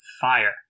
fire